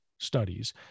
studies